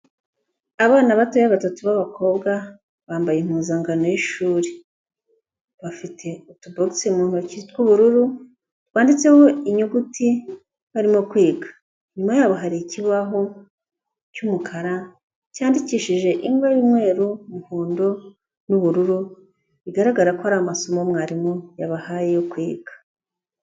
Abana batoya batatu b'abakobwa bambaye impuzankano y'ishuri, bafite utubogisi mu ntoki tw'ubururu twanditseho inyuguti barimo kwiga, inyuma yaho hari ikibaho cy'umukara cyandikishijeho ingwa y'umweru, umuhondo n'ubururu, bigaragara ko ari amasomo mwarimu yabahaye yo kwiga.